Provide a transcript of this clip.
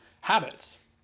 habits